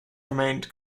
remained